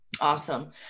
Awesome